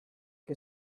che